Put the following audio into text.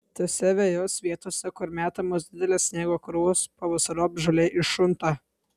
tose vejos vietose kur metamos didelės sniego krūvos pavasariop žolė iššunta